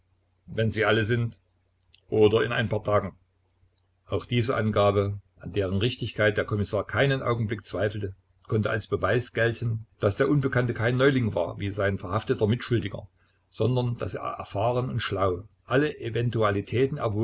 wenn sie alle sind oder in ein paar tagen auch diese angabe an deren richtigkeit der kommissar keinen augenblick zweifelte konnte als beweis gelten daß der unbekannte kein neuling war wie sein verhafteter mitschuldiger sondern daß er erfahren und schlau alle eventualitäten